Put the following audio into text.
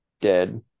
dead